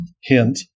hint